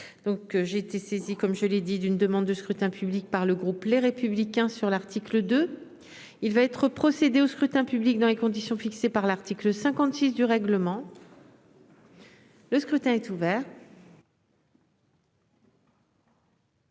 j'ai été saisi, comme je l'ai dit, d'une demande de scrutin public par le groupe, les républicains sur l'article de : il va être procédé au scrutin public dans les conditions fixées par l'article 56 du règlement. Le scrutin est ouvert.